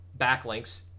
backlinks